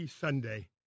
Sunday